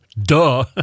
Duh